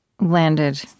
landed